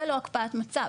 זה לא הקפאת מצב,